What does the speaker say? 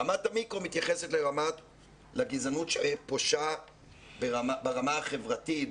רמת המיקרו מתייחסת לגזענות ברמה החברתית,